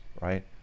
right